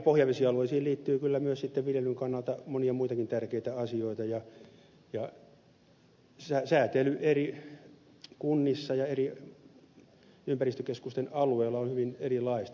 pohjavesialueisiin liittyy kyllä myös sitten viljelyn kannalta monia muitakin tärkeitä asioita ja säätely eri kunnissa ja eri ympäristökeskusten alueilla on hyvin erilaista